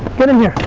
get in here,